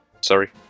Sorry